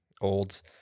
olds